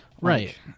right